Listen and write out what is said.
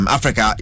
Africa